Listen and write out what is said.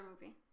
movie